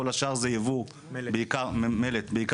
כל השאר זה יבוא בעיקר מתורכיה,